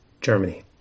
Germany